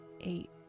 eight